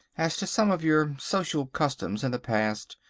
as to some of your social customs in the past.